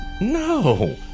No